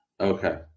Okay